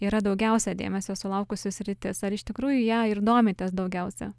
yra daugiausiai dėmesio sulaukusi srities ar iš tikrųjų ją ir domitės daugiausia